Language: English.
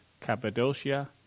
Cappadocia